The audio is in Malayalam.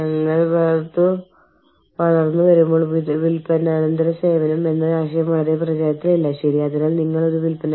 അതിനാൽ നിങ്ങളുടെ സ്വന്തം പോക്കറ്റിൽ നിന്ന് വിദേശ രാജ്യത്ത് താമസിക്കുന്ന ആ അധിക ദിവസങ്ങൾക്ക് നിങ്ങൾ പണം നൽകുന്നു